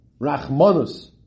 Rachmanus